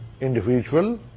individual